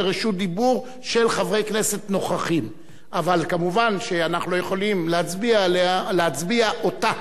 ברשות יושב-ראש הכנסת, הנני מתכבדת להודיעכם,